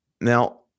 now